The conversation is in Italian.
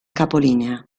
capolinea